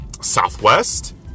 Southwest